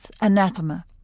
anathema